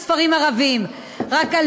שבערים מעורבות יש הצגה גם של ספרים ערביים, ב.